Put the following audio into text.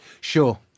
Sure